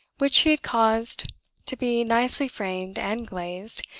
which he had caused to be nicely framed and glazed,